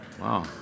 wow